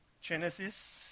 Genesis